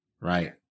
right